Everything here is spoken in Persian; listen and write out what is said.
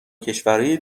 کشورای